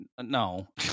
No